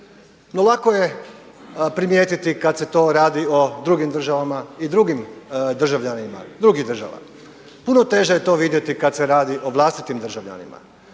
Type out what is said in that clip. No lako je primijetiti kada se to radi o drugim državama i drugim državljanima drugih država, puno teže je to vidjeti kada se radi o vlastitim državljanima.